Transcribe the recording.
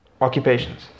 occupations